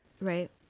Right